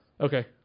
Okay